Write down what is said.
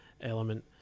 element